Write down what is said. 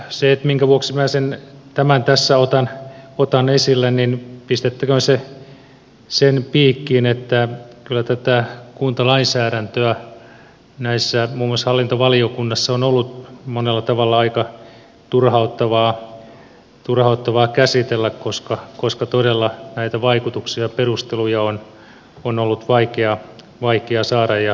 se minkä vuoksi minä tämän tässä otan esille pistettäköön sen piikkiin että kyllä tätä kuntalainsäädäntöä muun muassa hallintovaliokunnassa on ollut monella tavalla aika turhauttavaa käsitellä koska todella näitä vaikutuksia ja perusteluja on ollut vaikea saada ja löytää